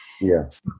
Yes